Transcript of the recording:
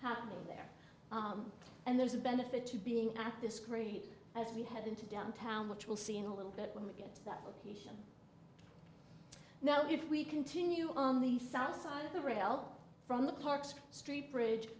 happening there and there's a benefit to being at this grade as we head into downtown which we'll see in a little bit when we get that he now if we continue on the south side of the rail from the parks street bridge